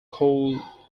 cool